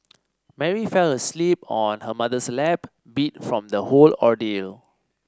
Mary fell asleep on her mother's lap beat from the whole ordeal